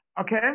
okay